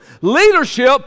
Leadership